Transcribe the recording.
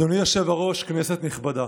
אדוני היושב-ראש, כנסת נכבדה,